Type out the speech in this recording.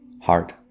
heart